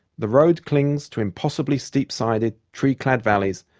the road clings to impossibly steep-sided, tree-clad valleys,